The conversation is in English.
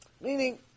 Meaning